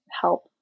help